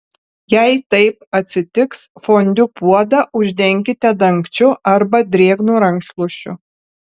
jei taip atsitiks fondiu puodą uždenkite dangčiu arba drėgnu rankšluosčiu